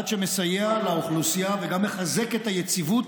צעד שמסייע לאוכלוסייה וגם מחזק את היציבות